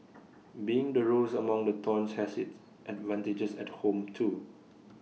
being the rose among the thorns has its advantages at home too